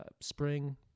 Spring